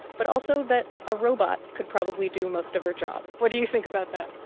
but also that a robot could probably do most of her job what do you think about that?